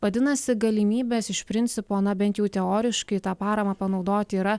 vadinasi galimybės iš principo na bent jau teoriškai tą paramą panaudoti yra